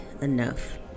enough